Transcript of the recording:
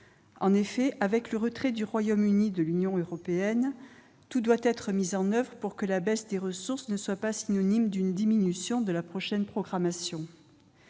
En effet, avec le retrait du Royaume-Uni de l'Union européenne, tout doit être mis en oeuvre pour que la baisse des ressources ne soit pas synonyme d'une diminution de la prochaine programmation.